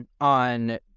on